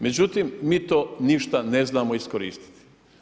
Međutim, mi to ništa ne znamo iskoristiti.